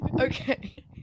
Okay